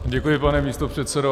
Děkuji, pane místopředsedo.